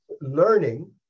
Learning